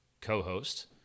co-host